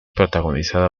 protagonizada